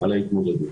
כן, הוא איתנו.